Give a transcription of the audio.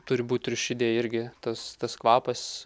turi būt triušidėj irgi tas tas kvapas